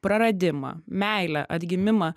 praradimą meilę atgimimą